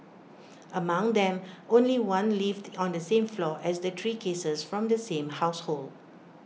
among them only one lived on the same floor as the three cases from the same household